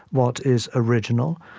what is original,